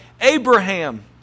Abraham